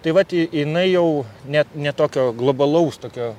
tai vat jinai jau net ne tokio globalaus tokio